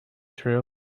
true